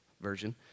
version